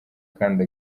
kandi